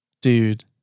Dude